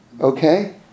Okay